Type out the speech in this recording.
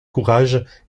courage